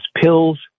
Pills